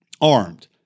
armed